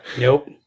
Nope